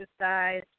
exercise